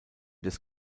des